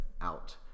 out